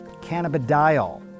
cannabidiol